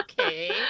okay